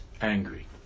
angry